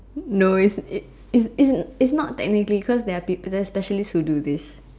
no it it it it it's not technically cause there are is specialists who do this